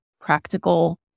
practical